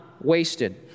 wasted